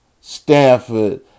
Stanford